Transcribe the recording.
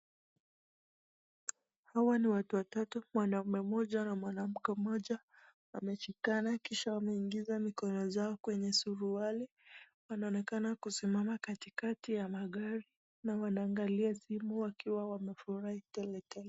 Hawa ni watu watatu, mwanaume mmoja na mwanamke mmoja wameshikana kisha wameingiza mikono zao kwenye suruali, wanaonekana kusimama katikati ya magari na wanaangalia simu wakiwa wamefurahi tele tele.